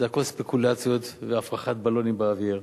זה הכול ספקולציות והפרחת בלונים באוויר.